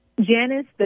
Janice